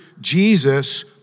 Jesus